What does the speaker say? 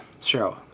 show